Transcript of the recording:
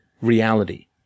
reality